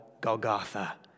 Golgotha